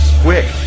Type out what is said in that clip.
Quick